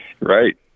Right